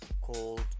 called